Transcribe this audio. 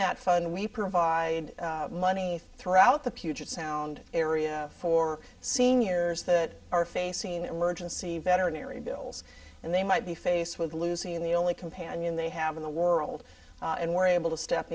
that fund we provide money throughout the puget sound area for seniors that are facing emergency veterinary bills and they might be faced with losing the only companion they have in the world and we're able to step